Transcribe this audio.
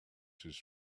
his